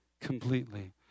completely